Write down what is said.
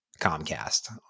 comcast